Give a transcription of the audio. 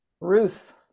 Ruth